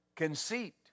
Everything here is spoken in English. Conceit